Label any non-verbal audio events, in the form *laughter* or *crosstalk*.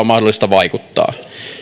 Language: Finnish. *unintelligible* mahdollista vaikuttaa